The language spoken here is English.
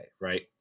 right